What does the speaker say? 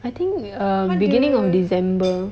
I think err beginning of december